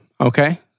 okay